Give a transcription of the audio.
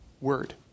word